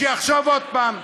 שיחשוב עוד פעם.